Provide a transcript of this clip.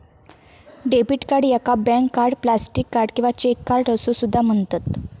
debit card याका bank card, plastic card किंवा cheque card असो सुद्धा म्हणतत